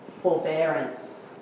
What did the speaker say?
forbearance